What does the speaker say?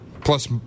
Plus